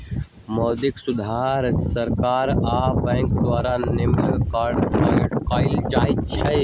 मौद्रिक सुधार सरकार आ बैंक द्वारा मिलकऽ कएल जाइ छइ